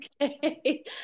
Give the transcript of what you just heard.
Okay